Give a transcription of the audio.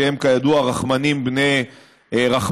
שהם כידוע רחמנים בני רחמנים,